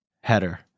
header